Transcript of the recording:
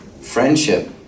Friendship